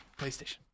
PlayStation